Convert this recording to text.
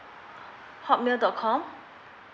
hotmail dot com